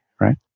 right